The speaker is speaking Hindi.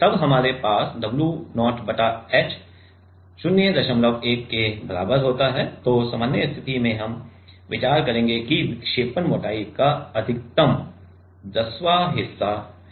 तब हमारे पास W0 बटा h 01 के बराबर होता है तो सामान्य स्थिति में हम विचार करेंगे कि विक्षेपण मोटाई का अधिकतम दसवां हिस्सा है